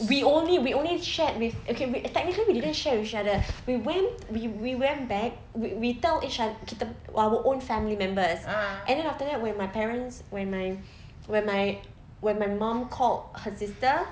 we only we only shared with okay technically we didn't share with each other we bring we we went back we we tell each other kita our own family members and then after that when my parents when my when my when my mum called her sister